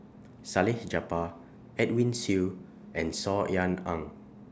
Salleh Japar Edwin Siew and Saw Ean Ang